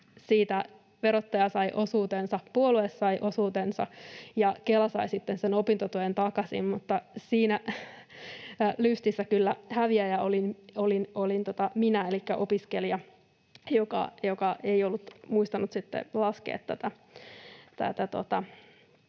siitä verottaja sai osuutensa, puolue sai osuutensa ja Kela sai sitten sen opintotuen takaisin, mutta siinä lystissä kyllä häviäjä olin minä, elikkä opiskelija, joka ei ollut muistanut sitten laskea tätä